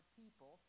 people